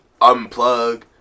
unplug